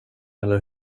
eller